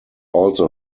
also